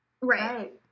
Right